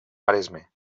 maresme